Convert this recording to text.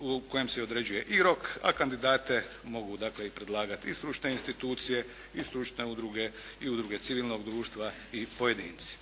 u kojem se određuje i rok, a kandidate mogu dakle i predlagati i stručne institucije i stručne udruge i udruge civilnog društva i pojedinci.